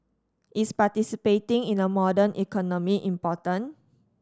is participating in a modern economy important